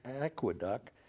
aqueduct